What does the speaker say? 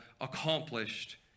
accomplished